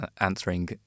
answering